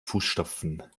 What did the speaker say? fußstapfen